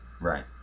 Right